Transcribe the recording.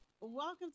Welcome